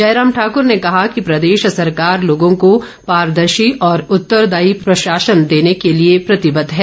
जयराम ठाकुर ने कहा कि प्रदेश सरकार लोगों को पारदर्शी और उत्तरदायी प्रशासन देने के लिए प्रतिबद्ध है